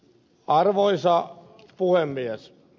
arvoisa puhemies